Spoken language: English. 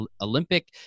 Olympic